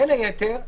בין היתר,